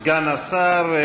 סגן השר,